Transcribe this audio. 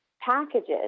packages